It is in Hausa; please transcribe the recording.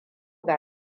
ga